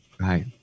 Right